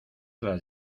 las